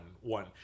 One